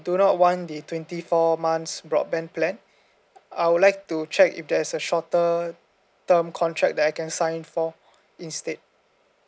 do not want the twenty four months broadband plan I would like to check if there's a shorter term contract that I can sign for instead